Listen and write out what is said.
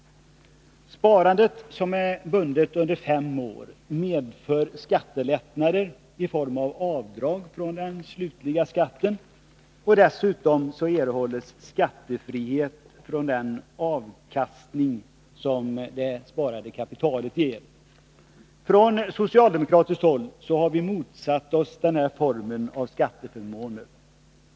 Sparandet, som är bundet under fem år, medför skattelättnader i form av avdrag från den slutliga skatten. Dessutom erhålles skattefrihet för den avkastning som det sparade kapitalet ger. Från socialdemokratiskt håll har vi motsatt oss denna form av skatteförmåner.